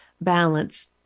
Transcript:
balance